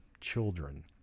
children